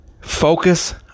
focus